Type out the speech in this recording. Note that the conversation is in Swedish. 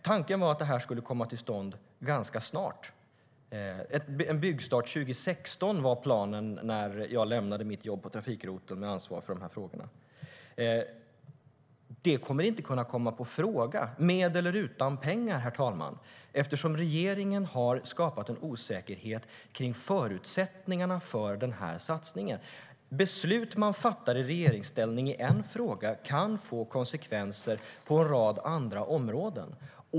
Tanken var att det skulle komma till stånd ganska snart. Byggstart 2016 var planen när jag lämnade mitt jobb på trafikroteln med ansvar för de här frågorna. Det kommer inte att kunna komma på fråga - med eller utan pengar, herr talman - eftersom regeringen har skapat osäkerhet kring förutsättningarna för den här satsningen. Beslut man fattar i regeringsställning i en fråga kan få konsekvenser på en rad andra områden.